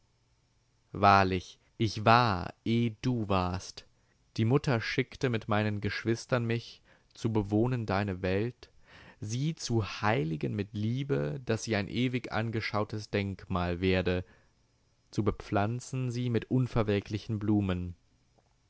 wahrlich ich war eh du warst die mutter schickte mit meinen geschwistern mich zu bewohnen deine welt sie zu heiligen mit liebe daß sie ein ewig angeschautes denkmal werde zu bepflanzen sie mit unverwelklichen blumen